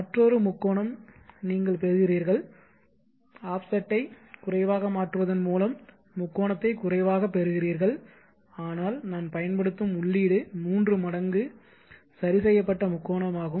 மற்றொரு முக்கோணம் நீங்கள் பெறுகிறீர்கள் ஆஃப்செட்டை குறைவாக மாற்றுவதன் மூலம் முக்கோணத்தை குறைவாகப் பெறுகிறீர்கள் ஆனால் நான் பயன்படுத்தும் உள்ளீடு மூன்று மடங்கு சரி செய்யப்பட்ட முக்கோணம் ஆகும்